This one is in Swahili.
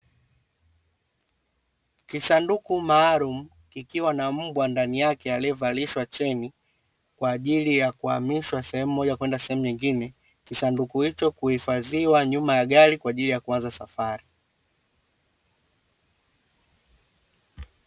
Kisanduku maalum, kikiwa na mbwa ndani yake aliyevalishwa cheni, kwa ajili ya kuhamishwa sehemu moja kwenda sehemu nyingine, kisanduku hicho kuhifadhiwa nyuma ya gari kwa ajili ya kuanza safari.